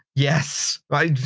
yes. i,